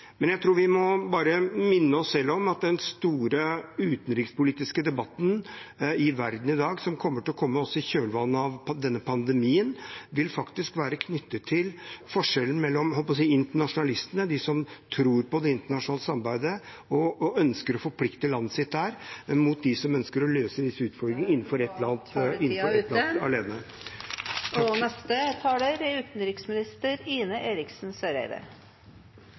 Men jeg tror vi må minne oss selv om at den store utenrikspolitiske debatten i verden i dag, som kommer til å komme også i kjølvannet av denne pandemien, faktisk vil være knyttet til forskjellen mellom – jeg holdt på å si – internasjonalistene, de som tror på det internasjonale samarbeidet og ønsker å forplikte landet sitt der, og de som ønsker å løse disse utfordringene innenfor ett land alene.